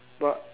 but